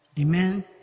Amen